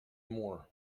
more